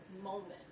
moment